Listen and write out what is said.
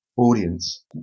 audience